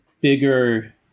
bigger